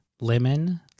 lemon